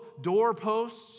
doorposts